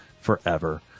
forever